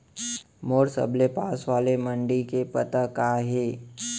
मोर सबले पास वाले मण्डी के पता का हे?